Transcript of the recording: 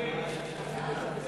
קבוצת